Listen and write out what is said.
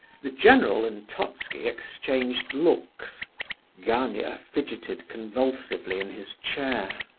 the general and totski exchanged looks gania fidgeted convulsively in his chair.